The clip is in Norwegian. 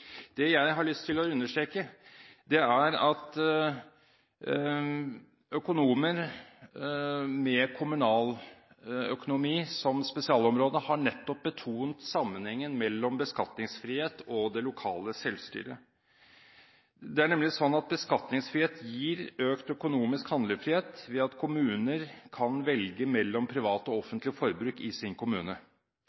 Det jeg har lyst til å understreke, er at økonomer med kommunaløkonomi som spesialområde nettopp har betonet sammenhengen mellom beskatningsfrihet og det lokale selvstyret. Det er nemlig sånn at beskatningsfrihet gir økt økonomisk handlefrihet ved at kommuner kan velge mellom privat og